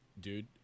dude